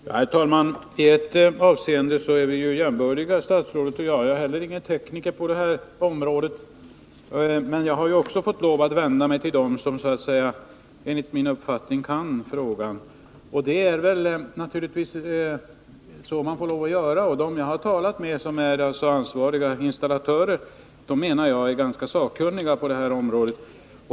Herr talman! I ett avseende är statsrådet och jag jämbördiga — jag är heller ingen tekniker på det här området. Jag har också fått lov att vända mig till personer som enligt min uppfattning kan frågan. Det är naturligtvis så man får lov att göra. Dem som jag har talat med — det är ansvariga installatörer — anser jag vara ganska sakkunniga på det här området.